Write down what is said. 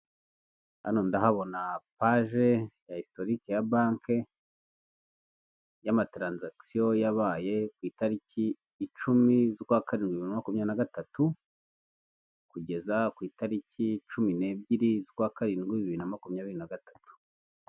Hano ndahabona paje ya hisitorike ya banki, y'amataranzagisiyo yabaye ku itariki icumi z'ukwakarindwi bibiri na makumyabiri na gatatu, kugeza ku itariki cumi n'ebyiri z'ukarindwi bibiri na makumyabiri na gatatu.